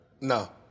No